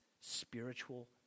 spiritual